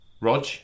Rog